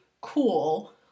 cool